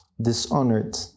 dishonored